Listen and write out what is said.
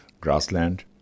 grassland